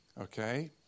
Okay